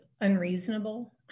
unreasonable